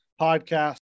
podcast